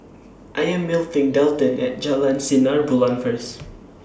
I Am meeting Delton At Jalan Sinar Bulan First